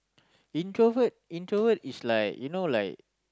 introvert introvert is like you know like